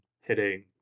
hitting